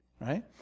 right